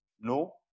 no